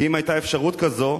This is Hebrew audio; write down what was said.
כי אם היתה אפשרות כזו,